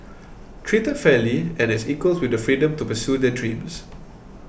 treated fairly and as equals with the freedom to pursue their dreams